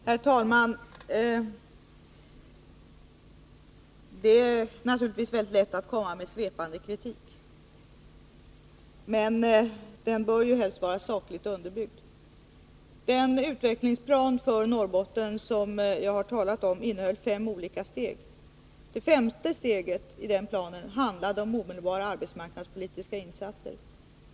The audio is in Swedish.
Herr talman! Det är naturligtvis väldigt lätt att komma med svepande kritik. Men den bör helst vara sakligt underbyggd. Den utvecklingsplan för Norrbotten som jag har talat om innehöll fem olika steg. Det femte steget i den planen handlade om omedelbara arbetsmarknadspolitiska insatser.